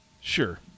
sure